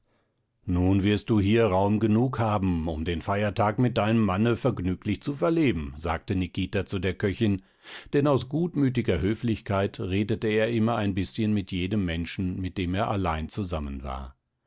nun wirst du hier raum genug haben um den feiertag mit deinem manne vergnüglich zu verleben sagte nikita zu der köchin denn aus gutmütiger höflichkeit redete er immer ein bißchen mit jedem menschen mit dem er allein zusammen war